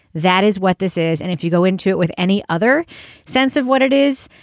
that is what this is. and if you go into it with any other sense of what it is,